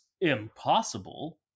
impossible